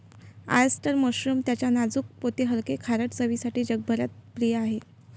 oyster mushroom त्याच्या नाजूक पोत हलके, खारट चवसाठी जगभरात प्रिय आहे